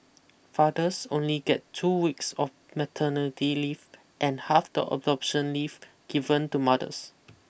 fathers only get two weeks of maternity leave and half the adoption leave given to mothers